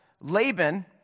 Laban